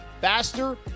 faster